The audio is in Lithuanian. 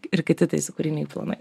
ir kiti teisekūriniai planai